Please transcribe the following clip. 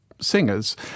singers